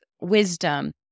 wisdom